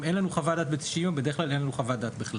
אם אין לנו חוות דעת ב-90 יום בדרך כלל אין לנו חוות דעת בכלל.